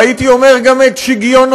והייתי אומר גם את שיגיונותיו,